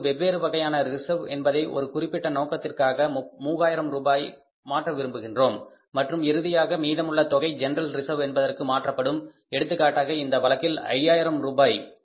அங்கு வெவ்வேறு வகையான ரிசர்வ் என்பதை ஒரு குறிப்பிட்ட நோக்கத்திற்காக 3000 ரூபாயை மாற்ற விரும்புகின்றோம் மற்றும் இறுதியாக மீதமுள்ள தொகை ஜெனரல் ரிசர்வு என்பதற்கு மாற்றப்படும் எடுத்துக்காட்டாக இந்த வழக்கில் 5000 ரூபாய்